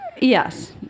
Yes